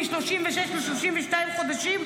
מ-36 ל-32 חודשים,